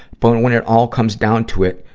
but when when it all comes down to it,